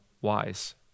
wise